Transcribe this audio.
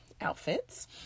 outfits